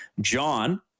John